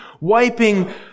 wiping